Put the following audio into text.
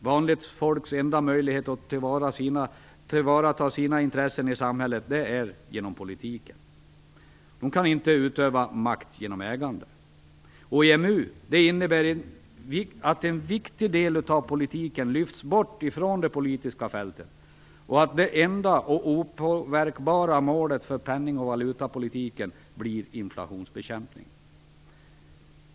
Vanligt folks enda möjlighet att tillvarata sina intressen i samhället är politiken. De kan inte utöva makt genom ägande. EMU innebär att en viktig del av politiken lyfts bort från det politiska fältet, och att det enda och opåverkbara målet för penning och valutapolitiken blir inflationsbekämpningen.